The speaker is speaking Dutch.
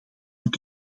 het